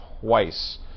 twice